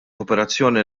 operazzjoni